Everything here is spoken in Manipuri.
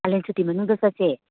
ꯀꯥꯂꯦꯟ ꯁꯨꯇꯤ ꯃꯅꯨꯡꯗ ꯆꯠꯁꯦ